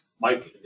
Mike